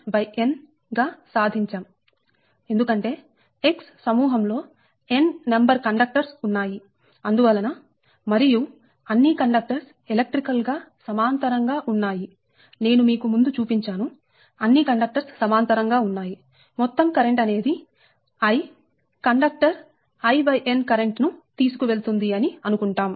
Lnn సాధించాం ఎందుకంటే X సమూహం లో n నెంబర్ కండక్టర్స్ ఉన్నాయి అందువలన మరియు అన్నీ కండక్టర్స్ ఎలక్ట్రికల్ గా సమాంతరంగా ఉన్నాయి నేను మీకు ముందు చూపించాను అన్ని కండక్టర్స్ సమాంతరంగా ఉన్నాయి మొత్తం కరెంట్ అనేది I కండక్టర్ In కరెంట్ తీసుకువెళుతుంది అని అనుకుంటాం